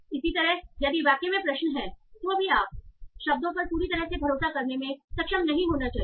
इसी तरह यदि वाक्य में प्रश्न हैं तो भी आपको शब्दों पर पूरी तरह से भरोसा करने में सक्षम नहीं होना चाहिए